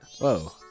Whoa